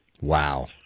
Wow